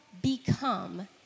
become